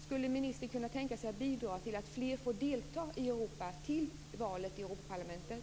Skulle ministern kunna tänka sig att bidra till att fler får delta i valet till EU parlamentet?